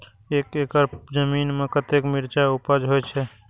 एक एकड़ जमीन में कतेक मिरचाय उपज होई छै?